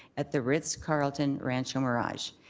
at the ritz carlton, rancho mirage.